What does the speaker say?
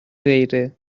غیره